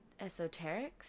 esoterics